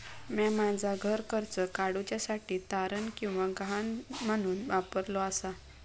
म्या माझा घर कर्ज काडुच्या साठी तारण किंवा गहाण म्हणून वापरलो आसा